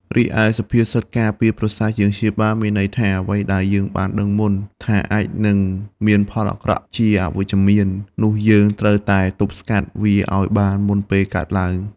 រីឯសុភាសិត "ការពារប្រសើរជាងព្យាបាល" នេះមានន័យថា អ្វីដែលយើងបានដឹងជាមុនថាអាចនឹងមានផលអាក្រក់ជាអវិជ្ជមាន នោះយើងត្រូវតែទប់ស្កាត់វាឱ្យបានមុនពេលកើតឡើង។